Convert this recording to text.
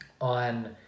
on